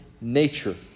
nature